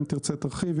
אם תרצה תרחיב,